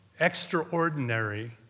extraordinary